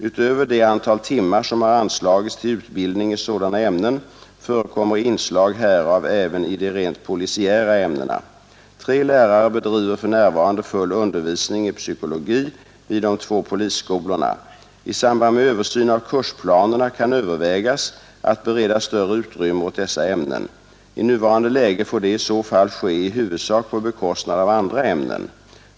Utöver det antal timmar som har anslagits till utbildning i sådana ämnen förekommer inslag härav även i de rent polisiära ämnena. Tre lärare bedriver för närvarande full undervisning i psykologi vid de två polisskolorna. I samband med översyn av kursplanerna kan övervägas att bereda större utrymme åt dessa ämnen. I nuvarande läge får det i så fall ske i huvudsak på bekostnad av andra ämnen.